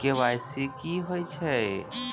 KYC की होय छै?